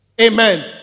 Amen